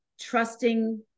trusting